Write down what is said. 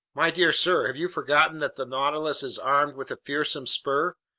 my dear sir, have you forgotten that the nautilus is armed with a fearsome spur?